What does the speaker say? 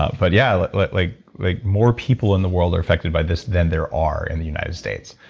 ah but yeah, like like like like more people in the world are affected by this than there are in the united states.